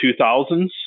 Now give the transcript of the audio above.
2000s